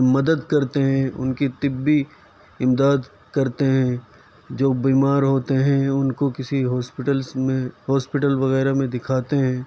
مدد کرتے ہیں ان کی طبی امداد کرتے ہیں جو بیمار ہوتے ہیں ان کو کسی ہاسپٹلس میں ہاسپٹل وغیرہ میں دکھاتے ہیں